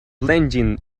blending